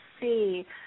see